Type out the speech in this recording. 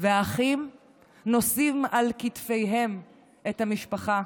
והאחים נושאים על כתפיהם את המשפחה.